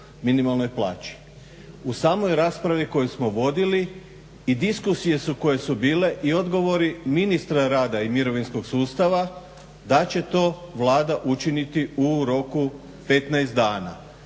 U samoj raspravi koju smo vodili i diskusije koje su bile i odgovori ministra rada i mirovinskog sustava da će to Vlada učiniti u roku od 15 dana